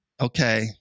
okay